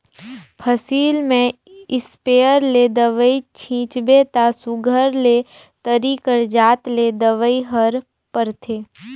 फसिल में इस्पेयर ले दवई छींचबे ता सुग्घर ले तरी कर जात ले दवई हर परथे